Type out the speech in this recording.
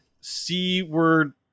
C-word